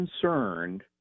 concerned